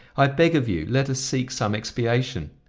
i beg of you let us seek some expiation.